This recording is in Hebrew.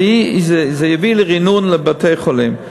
זה יביא לרענון בבתי-חולים.